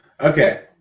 Okay